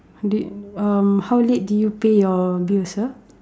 did uh um how late did you pay your bill sir